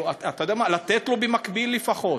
אתה יודע מה, לתת לו במקביל, לפחות,